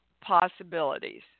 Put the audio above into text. possibilities